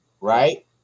right